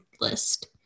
list